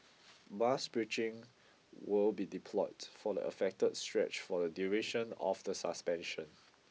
bus bridging will be deployed for the affected stretch for the duration of the suspension